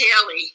daily